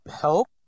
Help